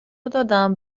دادم